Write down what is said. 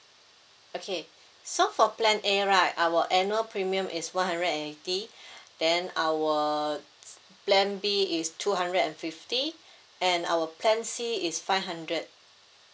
okay so for plan A right our annual premium is one hundred and eighty then our plan B is two hundred and fifty and our plan C is five hundred